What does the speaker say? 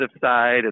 side